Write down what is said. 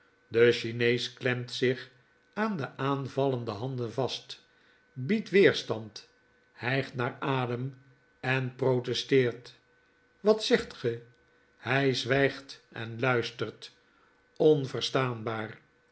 de chinees klemt zich aan de aanvallende handen vast biedt weerstand hygtnaaradem en protesteert wat zegt ge hy zwygt en luistert t onverstaanbaar